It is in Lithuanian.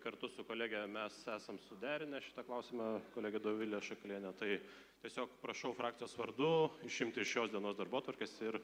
kartu su kolege mes esam suderinę šitą klausimą kolegė dovilė šakalienė tai tiesiog prašau frakcijos vardu išimti iš šios dienos darbotvarkes ir